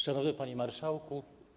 Szanowny Panie Marszałku!